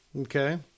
Okay